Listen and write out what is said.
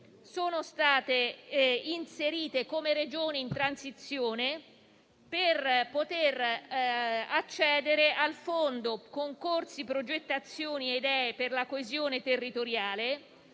sono state inserite come Regioni in transizione per poter accedere al Fondo concorsi, progettazione e idee per la coesione territoriale,